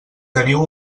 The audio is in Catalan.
teniu